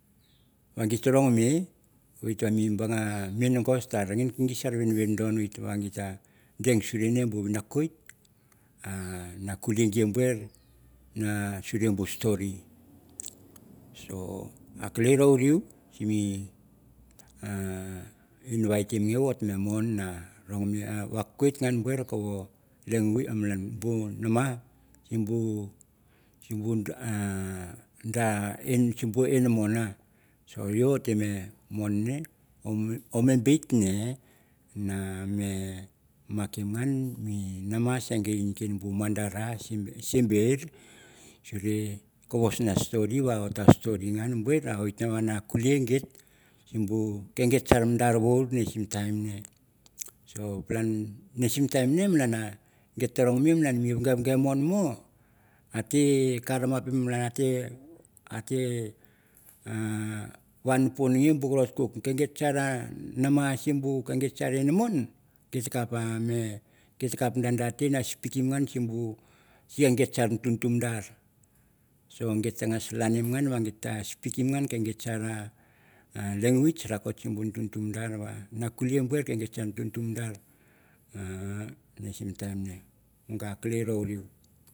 Va git ta rongomei wit ta banga mingas ta renge gir sar vivindon vit ta den surei na kulei bur suri bu stori. so a kelei roreui simi invitim yeo ot me mon na vakawik suir simbu nama sim bu inamon so yeo ot te me mon nge or tem no bit noe makim ngan mi nama se gi madar simberi suru kavo sena stori va ot ta stori ngan buin a wit na kulei git se bu ke git se bu ke git sa madar wur sim time nge ne sim time nge malan git rongmei malan mi vegavadenmo ate karapim ate vanpunei bu karok kukuk. Ken git nama simi bu ken git inamon git sar tumtumdar. So git ta spikim ngan ken git sa language rakot kes ge ge sa tumtumdar. Na kulei git ke ge sar tumtumdar magaga a kelei ro reui.